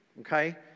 okay